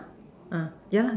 uh yeah lah the